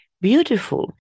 beautiful